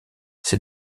ces